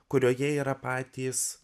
kurioje yra patys